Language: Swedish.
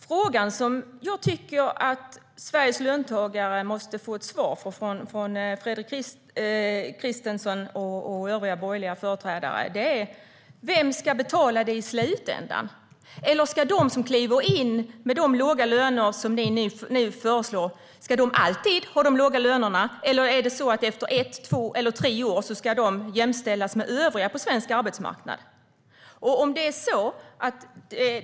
Frågan som jag tycker att Sveriges löntagare måste få ett svar på från Fredrik Christensson och övriga borgerliga företrädare är: Vem ska betala det i slutändan? Ska de som kliver in med de låga löner som ni nu föreslår alltid ha de låga lönerna, eller ska de efter ett, två eller tre år jämställas med övriga på svensk arbetsmarknad?